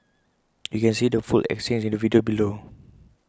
you can see the full exchange in the video below